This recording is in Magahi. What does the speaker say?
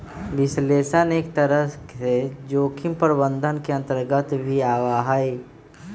विश्लेषण एक तरह से जोखिम प्रबंधन के अन्तर्गत भी आवा हई